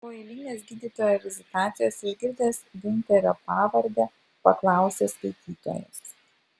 po eilinės gydytojo vizitacijos išgirdęs giunterio pavardę paklausė skaitytojas